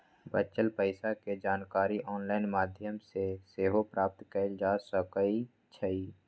बच्चल पइसा के जानकारी ऑनलाइन माध्यमों से सेहो प्राप्त कएल जा सकैछइ